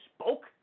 spoke